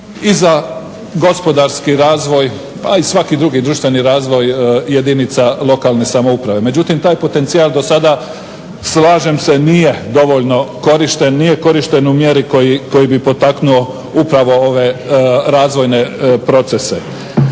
i za gospodarski razvoj, a i svaki drugi društveni razvoj jedinica lokalne samouprave. Međutim, taj potencijal do sada slažem se nije dovoljno korišten, nije korišten u mjeri koji bi potaknuo upravo ove razvojne procese.